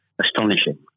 astonishing